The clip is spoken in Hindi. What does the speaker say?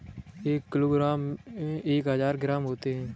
एक किलोग्राम में एक हजार ग्राम होते हैं